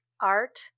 art